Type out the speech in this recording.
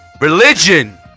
Religion